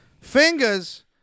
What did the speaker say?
fingers